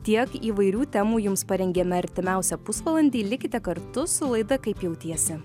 tiek įvairių temų jums parengėm artimiausią pusvalandį likite kartu su laida kaip jautiesi